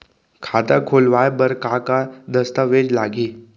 खाता खोलवाय बर का का दस्तावेज लागही?